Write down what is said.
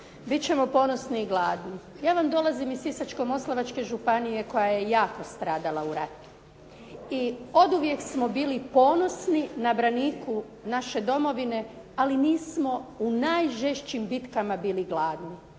ćemo ponosni i gladni". Ja vam dolazim iz Sisačko-moslavačke županije koja je jako stradala u ratu i oduvijek smo bili ponosni na braniku naše domovine ali nismo u najžešćim bitkama bili gladni.